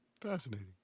fascinating